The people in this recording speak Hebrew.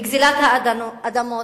בגזלת האדמות,